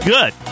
Good